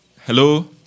Hello